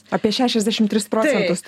apie šešiasdešimt tris procentus